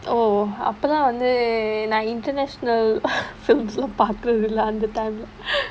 oh அப்பலா வந்து நா:appalaa vanthu naa international films லா பாக்குறது இல்லை அந்த:laa paakkurathu illai antha time leh